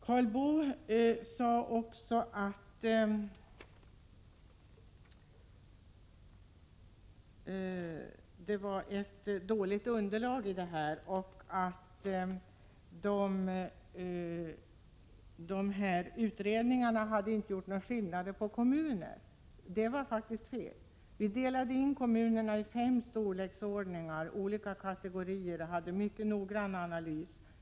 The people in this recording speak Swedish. Karl Boo sade också att underlaget var dåligt och att utredningarna inte hade gjort någon skillnad på kommuner. Det är faktiskt fel. Vi delade in kommunerna i fem olika kategorier efter storlek och gjorde mycket noggranna analyser.